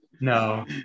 No